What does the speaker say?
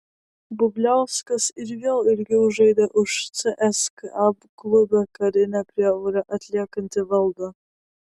bubliauskas ir vėl ilgiau žaidė už cska klube karinę prievolę atliekantį valdą